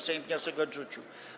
Sejm wniosek odrzucił.